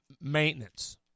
maintenance